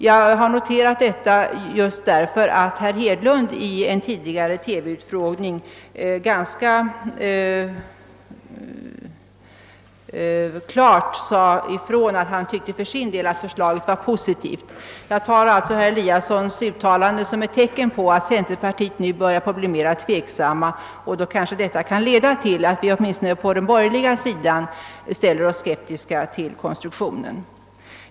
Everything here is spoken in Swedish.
Jag har noterat detta, därför att herr Hedlund tidigare i en TV-utfrågning ganska klart deklarerat att han för sin del tyckte att förslaget var positivt. Jag tar alltså herr Eliassons uttalande som ett tecken på att man inom centerpartiet börjar bli mera betänksam. Detta kanske kan leda till att vi från borgerligt håll åtminstone ställer oss skeptiska mot den föreslagna konstruktionen.